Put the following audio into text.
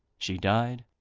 she died,